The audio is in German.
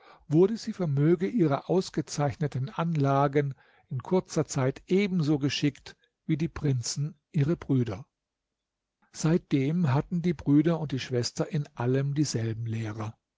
wurde sie vermöge ihrer ausgezeichneten anlagen in kurzer zeit ebenso geschickt wie die prinzen ihre brüder seitdem hatten die brüder und die schwester in allem dieselben lehrer